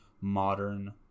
modern